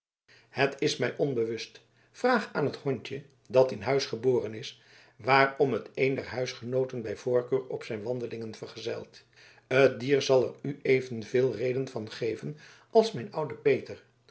het is mij onbewust vraag aan het hondje dat in huis geboren is waarom het één der huisgenooten bij voorkeur op zijn wandelingen vergezelt het dier zal er u evenveel reden van geven als mijn oude peter